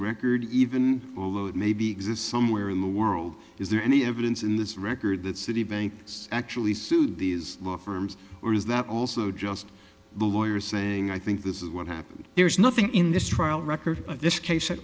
record even though it may be exists somewhere in the world is there any evidence in this record that citibank is actually sued these law firms or is that also just the lawyers saying i think this is what happened there's nothing in this trial record of this case at